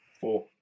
Four